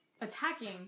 attacking